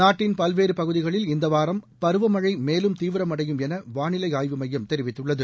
நாட்டின் பல்வேறு பகுதிகளில் இந்த வாரம் பருவ மழை மேலும் தீவிரமடையும் என வானிலை ஆய்வு மையம் தெரிவித்துள்ளது